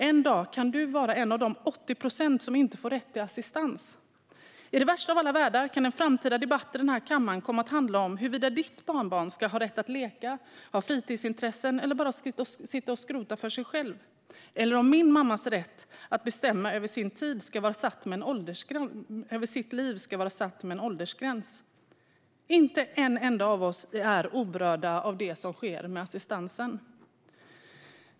En dag kan du vara en av de 80 procent som inte får rätt till assistans. I den värsta av alla världar kan den framtida debatten i denna kammare komma att handla om huruvida ditt barnbarn ska ha rätt att leka och ha fritidsintressen eller att bara sitta och skrota för sig själv eller om min mammas rätt att bestämma över sitt liv ska ha en åldersgräns. Inte en enda av oss är oberörd av det som sker med assistansen.